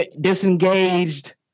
disengaged